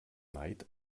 neid